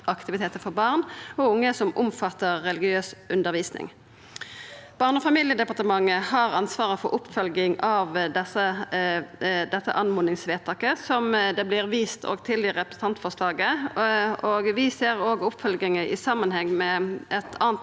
fritidsaktiviteter for barn og unge som omfatter religiøs undervisning.» Barne- og familiedepartementet har ansvaret for oppfølging av dette oppmodingsvedtaket, som det òg vert vist til i representantforslaget. Vi ser òg oppfølginga i samanheng med eit anna